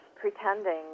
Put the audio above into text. pretending